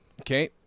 Okay